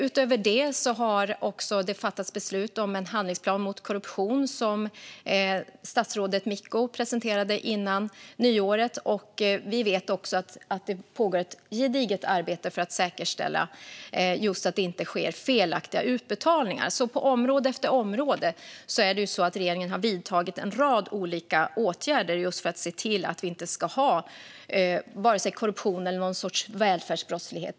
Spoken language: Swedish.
Utöver det har det fattats beslut om en handlingsplan mot korruption, som statsrådet Micko presenterade före nyåret. Vi vet också att det pågår ett gediget arbete för att säkerställa att det inte sker felaktiga utbetalningar. På område efter område har regeringen vidtagit en rad olika åtgärder för att se till att vi inte ska ha vare sig korruption eller någon sorts välfärdsbrottslighet.